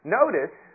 notice